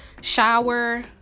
shower